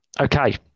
Okay